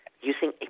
using